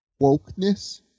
wokeness